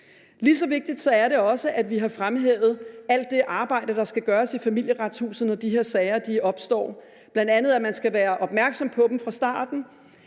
Lige så vigtigt er det også, at vi har fremhævet alt det arbejde, der skal gøres i Familieretshuset, når de her sager opstår, bl.a. at man skal være opmærksom på dem fra starten;